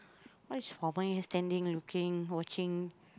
why is standing looking watching